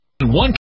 One